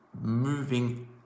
moving